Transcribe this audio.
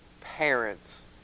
parents